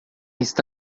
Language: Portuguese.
está